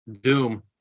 Doom